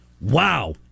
Wow